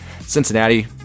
Cincinnati